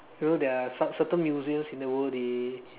you know there are such certain museums in the world they